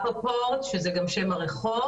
'רפפורט' שזה גם שם הרחוב,